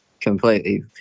completely